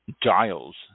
Giles